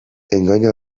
engainu